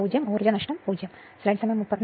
ഊർജ്ജ നഷ്ടം 0 ആണ്